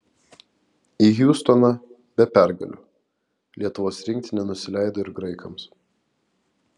į hjustoną be pergalių lietuvos rinktinė nusileido ir graikams